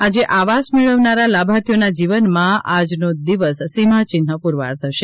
આજે આવાસ મેળવનારા લાભાર્થીઓના જીવનમાં આજનો દિવસ સીમાચિન્હ પુરવાર થશે